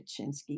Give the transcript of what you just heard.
Kaczynski